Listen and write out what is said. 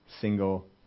single